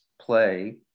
play